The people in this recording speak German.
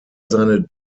seine